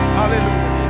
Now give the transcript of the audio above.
hallelujah